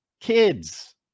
Kids